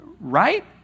Right